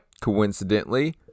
Coincidentally